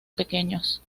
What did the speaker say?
pequeños